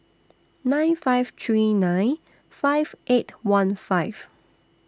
nine five three nine five eight one five